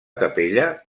capella